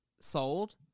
sold